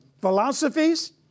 philosophies